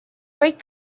great